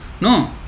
No